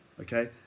okay